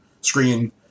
screen